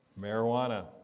marijuana